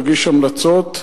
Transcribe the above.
תגיש המלצות,